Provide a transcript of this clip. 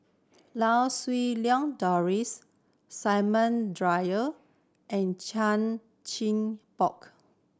Lau Siew Lang Doris Samuel Dyer and Chan Chin Bock